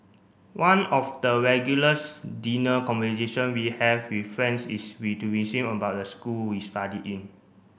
one of the regulars dinner conversation we have with friends is to about the school we studied in